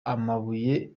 amabuye